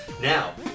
Now